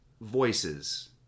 voices